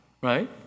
right